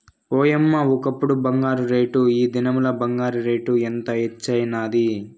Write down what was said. ఓయమ్మ, ఒకప్పుడు బంగారు రేటు, ఈ దినంల బంగారు రేటు ఎంత హెచ్చైనాది